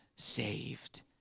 saved